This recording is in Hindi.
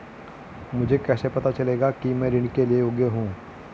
मुझे कैसे पता चलेगा कि मैं ऋण के लिए योग्य हूँ?